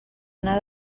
anar